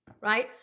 right